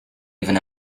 even